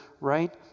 right